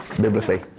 biblically